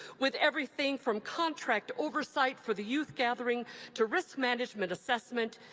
with everything from contract oversight for the youth gathering to risk management assessment,